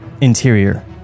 Interior